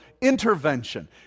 intervention